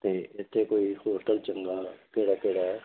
ਅਤੇ ਇੱਥੇ ਕੋਈ ਹੋਟਲ ਚੰਗਾ ਕਿਹੜਾ ਕਿਹੜਾ ਹੈ